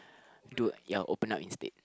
to ya open up instead